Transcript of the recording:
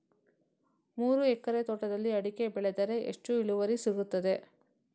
ಮೂರು ಎಕರೆ ತೋಟದಲ್ಲಿ ಅಡಿಕೆ ಬೆಳೆದರೆ ಎಷ್ಟು ಇಳುವರಿ ಸಿಗುತ್ತದೆ?